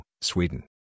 Sweden